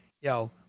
yo